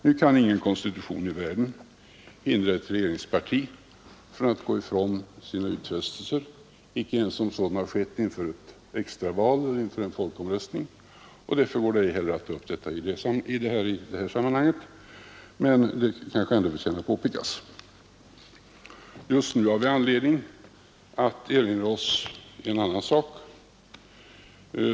Nu kan emellertid ingen konstitution i världen hindra ett regeringsparti att gå ifrån sina utfästelser, inte ens om utfästelserna har gjorts inför extraval eller inför folkomröstning, och därför går det inte att ta upp den frågan heller i detta sammanhang. Men man kan ju ändå göra ett påpekande. Just nu har vi anledning erinra oss en annan sak.